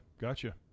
gotcha